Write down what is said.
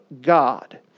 God